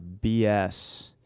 BS